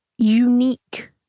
unique